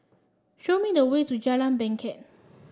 show me the way to Jalan Bangket